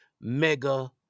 mega